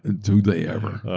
do they ever.